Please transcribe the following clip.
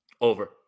Over